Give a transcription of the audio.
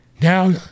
Now